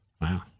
Wow